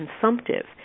consumptive